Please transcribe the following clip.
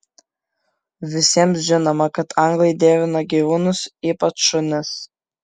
visiems žinoma kad anglai dievina gyvūnus ypač šunis